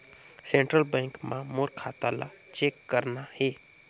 Central bank मां मोर खाता ला चेक करना हे?